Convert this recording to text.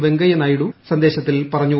വെങ്കയ്യ നായിഡു സന്ദേശത്തിൽ പറഞ്ഞു